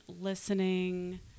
listening